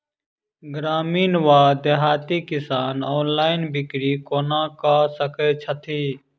ग्रामीण वा देहाती किसान ऑनलाइन बिक्री कोना कऽ सकै छैथि?